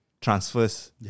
transfers